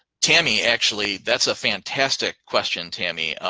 tammy, actually, that's a fantastic question, tammy.